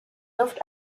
luft